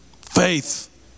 Faith